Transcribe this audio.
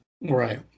Right